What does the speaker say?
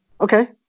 Okay